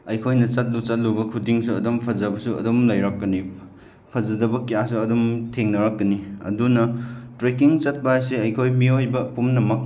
ꯑꯩꯈꯣꯏꯅ ꯆꯠꯂꯨ ꯆꯠꯂꯨꯕ ꯈꯨꯗꯤꯡꯁꯨ ꯑꯗꯨꯝ ꯐꯖꯕꯁꯨ ꯑꯗꯨꯝ ꯂꯩꯔꯛꯀꯅꯤ ꯐꯖꯗꯕ ꯀꯌꯥꯁꯨ ꯑꯗꯨꯝ ꯊꯦꯡꯅꯔꯛꯀꯅꯤ ꯑꯗꯨꯅ ꯇ꯭ꯔꯦꯀꯤꯡ ꯆꯠꯄ ꯍꯥꯏꯁꯦ ꯑꯩꯈꯣꯏ ꯃꯤꯑꯣꯏꯕ ꯄꯨꯝꯅꯃꯛ